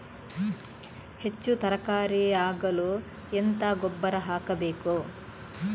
ಹೆಚ್ಚು ತರಕಾರಿ ಆಗಲು ಎಂತ ಗೊಬ್ಬರ ಹಾಕಬೇಕು?